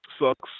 sucks